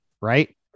right